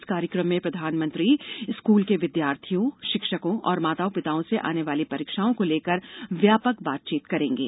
इस कार्यक्रम में प्रधानमंत्री स्कूल के विद्यार्थियों शिक्षकों और माता पिताओं से आने वाली परीक्षाओं को लेकर व्यापक बातचीत करेंगे